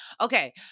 Okay